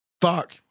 Fuck